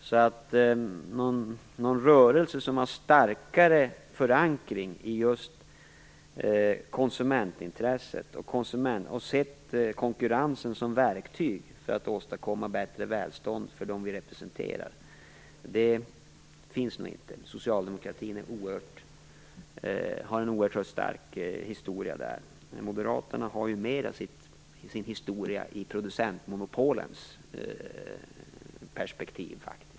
Någon rörelse som har starkare förankring i just konsumentintresset, och som i högre grad sett konkurrensen som verktyg för att åstadkomma bättre välstånd för dem den representerar finns nog inte. Socialdemokratin har en oerhört stark historia på detta område. Moderaternas historia finns faktiskt i högre grad i producentmonopolens perspektiv.